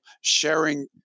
sharing